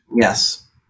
Yes